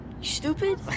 stupid